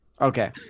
Okay